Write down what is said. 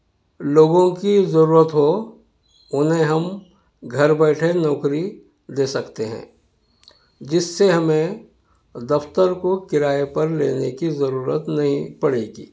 لوگوں کی ضرورت ہو انہیں ہم گھر بیٹھے نوکری دے سکتے ہیں جس سے ہمیں دفتر کو کرایہ پر لینے کی ضرورت نہیں پڑے گی